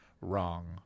wrong